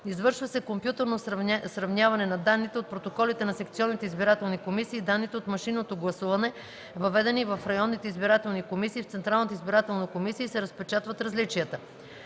Извършва се компютърно сравняване на данните от протоколите на секционните избирателни комисии и данните от машинното гласуване, въведени в районните избирателни комисии и в Централната избирателна комисия, и се разпечатват различията.